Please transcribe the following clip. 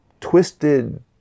twisted